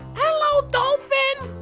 hello dolphin!